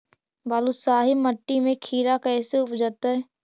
बालुसाहि मट्टी में खिरा कैसे उपजतै?